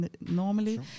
normally